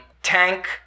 tank